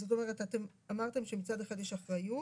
זאת אומרת, אתם אמרתם שמצד אחד יש אחריות.